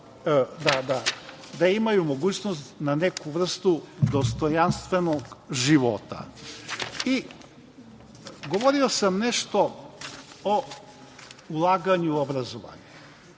da imaju mogućnost na neku vrstu dostojanstvenog života. Govorio sam nešto o ulaganju obrazovanja.